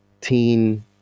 teen